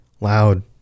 loud